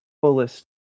fullest